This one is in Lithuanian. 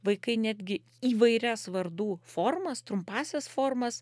vaikai netgi įvairias vardų formas trumpąsias formas